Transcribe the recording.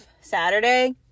Saturday